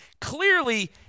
Clearly